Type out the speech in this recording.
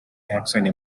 dioxide